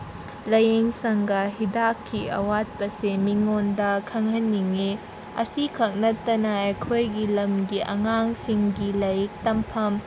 ꯂꯥꯏꯌꯦꯡꯁꯪꯒ ꯍꯤꯗꯥꯛꯀꯤ ꯑꯋꯥꯠꯄꯁꯩ ꯃꯤꯑꯣꯟꯗ ꯈꯪꯍꯟꯅꯤꯡꯉꯦ ꯑꯁꯤꯈꯛ ꯅꯠꯇꯅ ꯑꯩꯈꯣꯏꯒꯤ ꯂꯝꯒꯤ ꯑꯉꯥꯡꯁꯤꯡꯒꯤ ꯂꯥꯏꯔꯤꯛ ꯇꯝꯐꯝ